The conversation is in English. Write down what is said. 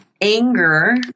anger